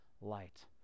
light